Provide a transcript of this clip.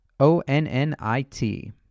O-N-N-I-T